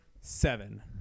seven